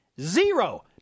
Zero